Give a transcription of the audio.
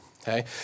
okay